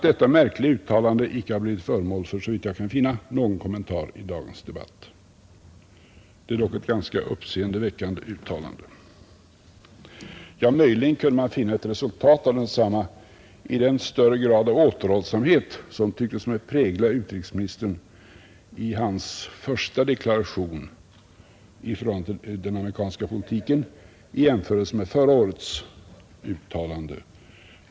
Det är dock ett ganska uppseendeväckande uttalande. Möjligen kunde man finna ett resultat av densamma i den större grad av återhållsamhet som tycktes mig prägla utrikesministern i hans första deklaration i fråga om den amerikanska politiken i jämförelse med förra årets uttalande.